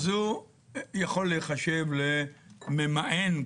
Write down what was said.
אז הוא יכול להיחשב לממאן,